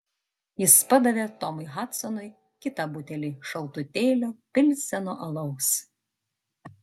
jis padavė tomui hadsonui kitą butelį šaltutėlio pilzeno alaus